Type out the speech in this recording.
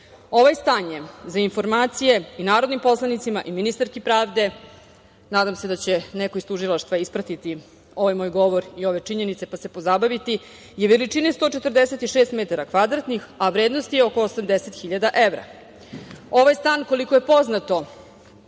Ovaj stan je, za informaciju i narodnim poslanicima i ministarki pravde, nadam se da će neko iz Tužilaštva ispratiti ovaj moj govor i ove činjenice, pa se pozabaviti, veličine 146 metara kvadratnih, a vrednosti oko 80 hiljada evra. Ovaj stan, koliko je poznato,